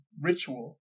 ritual